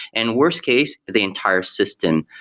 and worst case, the entire system.